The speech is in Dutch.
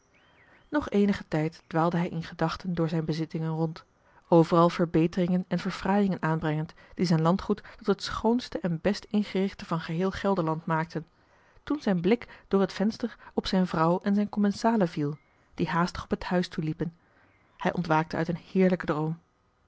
nog eenigen tijd dwaalde hij in gedachten door zijn bezittingen rond overal verbeteringen en verfraaiingen aanbrengend die zijn landgoed tot het schoonste en best ingerichte van geheel gelderland maakten toen zijn blik door het venster op zijn vrouw en zijn commensalen viel die haastig op het huis toeliepen hij ontwaakte uit een heerlijken droom